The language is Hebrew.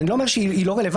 אני לא אומר שהיא לא רלוונטית,